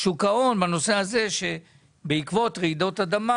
שוק ההון לגבי רעידות אדמה